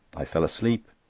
i fell asleep,